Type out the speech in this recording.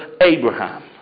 Abraham